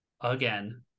again